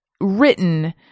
written